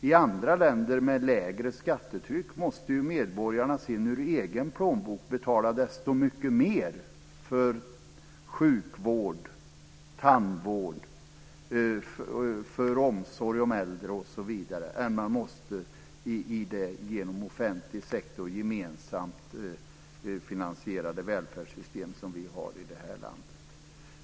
I andra länder med ett lägre skattetryck måste ju medborgarna ur egen plånbok betala så mycket mer för sjukvård, tandvård, omsorg om äldre osv. än man måste i det genom offentlig sektor gemensamt finansierade välfärdssystem som vi har i det här landet.